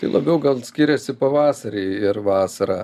tai labiau gal skiriasi pavasarį ir vasarą